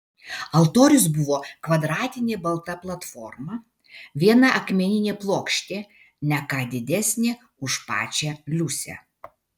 altorius buvo kvadratinė balta platforma viena akmeninė plokštė ne ką didesnė už pačią liusę